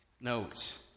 notes